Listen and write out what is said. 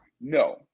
No